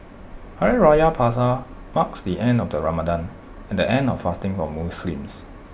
Hari Raya Puasa marks the end of Ramadan and the end of fasting for Muslims